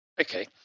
Okay